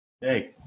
hey